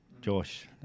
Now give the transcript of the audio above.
Josh